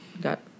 got